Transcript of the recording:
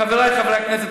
חבריי חברי הכנסת,